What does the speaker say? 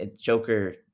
Joker